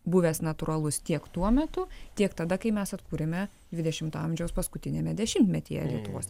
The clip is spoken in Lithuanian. buvęs natūralus tiek tuo metu tiek tada kai mes atkūrėme dvidešimto amžiaus paskutiniame dešimtmetyje lietuvos